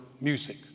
music